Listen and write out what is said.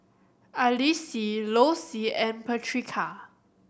Alysa Lossie and Patrica